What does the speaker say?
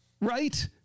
right